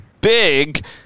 big